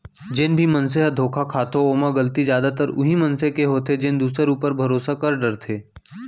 जेन भी मनसे ह धोखा खाथो ओमा गलती जादातर उहीं मनसे के होथे जेन दूसर ऊपर भरोसा कर डरथे